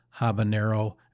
habanero